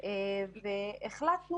פעולות הסיוע והן על בסיס החקירה